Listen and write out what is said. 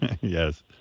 Yes